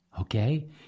Okay